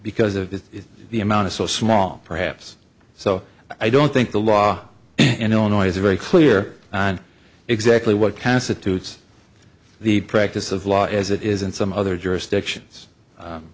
because if the amount is so small perhaps so i don't think the law in illinois is very clear on exactly what constitutes the practice of law as it is in some other